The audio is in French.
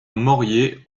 moriez